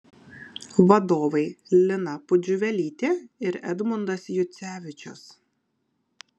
vadovai lina pudžiuvelytė ir edmundas jucevičius